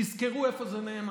תזכרו איפה זה נאמר.